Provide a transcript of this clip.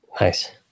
Nice